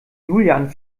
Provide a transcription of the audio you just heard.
julian